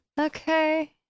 Okay